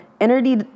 energy